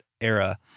era